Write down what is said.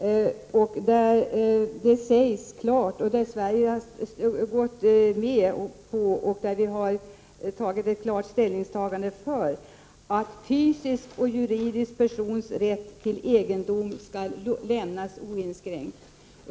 Vi har gjort ett klart ställningstagande för att fysisk och juridisk persons rätt till egendom skall lämnas oinskränkt.